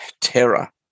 terror